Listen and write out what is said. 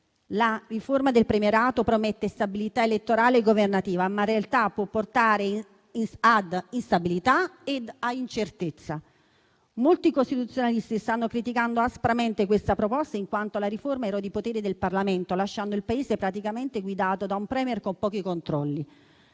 La riforma del premierato promette stabilità elettorale e governativa, ma in realtà può portare ad instabilità e incertezza. Molti costituzionalisti stanno criticando aspramente questa proposta, in quanto la riforma erode i poteri del Parlamento, lasciando il Paese praticamente guidato da un *Premier* con pochi controlli.